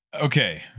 Okay